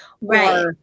Right